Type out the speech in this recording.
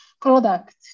product